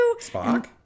Spock